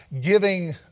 giving